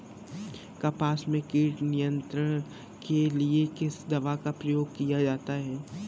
कपास में कीट नियंत्रण के लिए किस दवा का प्रयोग किया जाता है?